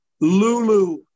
Lulu